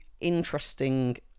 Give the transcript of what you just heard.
interesting